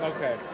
Okay